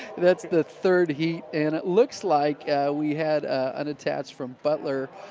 that's the third heat. and it looks like we had ah unattached from butler,